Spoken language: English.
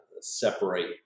separate